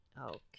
Okay